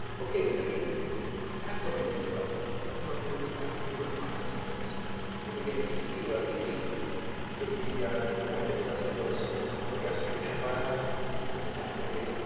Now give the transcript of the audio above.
ok. can we acclimate to health? i don't know if the word is acclimate or acclimatize, but can we get used to ah to heat to the to the point that it doesn't do us so much harm? well yes, we can. biologically, people can acclimate.